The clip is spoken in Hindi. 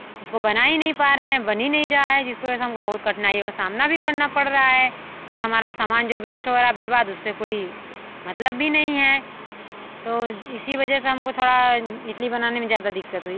उसको बना ही नहीं पा रहे हैं बन ही नहीं रहा है जिसको हमको बहुत कठिनाइयों का सामना भी करना पड़ रहा है और हमारा सामान जो बेस्ट हो रहा है बर्बाद उससे कोई मतलब भी नहीं है तो इसी वजह से हमको थोड़ा इडली बनाने में ज़्यादा दिक्कत हुई